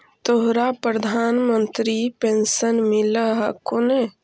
तोहरा प्रधानमंत्री पेन्शन मिल हको ने?